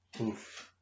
Oof